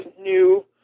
new